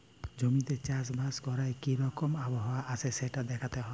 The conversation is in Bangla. জমিতে চাষ বাস ক্যরলে কি রকম আবহাওয়া আসে সেটা দ্যাখতে হ্যয়